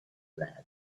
lead